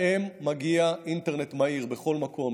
להם מגיע אינטרנט מהיר בכל מקום,